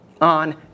on